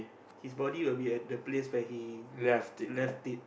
his body will be at the place where he left it